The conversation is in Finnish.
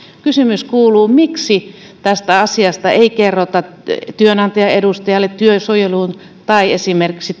kysymys kuuluu miksi tästä asiasta ei kerrota työnantajan edustajalle työsuojeluun tai esimerkiksi